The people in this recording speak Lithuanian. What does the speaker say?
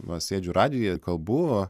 va sėdžiu radijuje kalbu